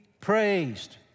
praised